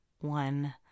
one